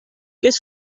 get